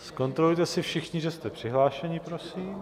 Zkontrolujte si všichni, že jste přihlášeni, prosím.